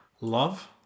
Love